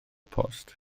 post